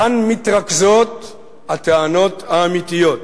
כאן מתרכזות הטענות האמיתיות.